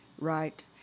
Right